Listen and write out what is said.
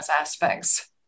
aspects